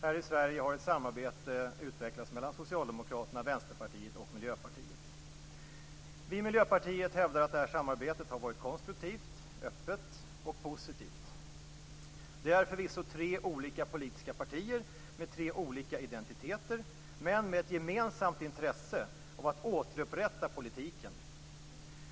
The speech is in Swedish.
Här i Sverige har ett samarbete utvecklats mellan Vi i Miljöpartiet hävdar att detta samarbete har varit konstruktivt, öppet och positivt. Det är förvisso tre olika politiska partier med tre olika identiteter men med ett gemensamt intresse av att återupprätta politiken.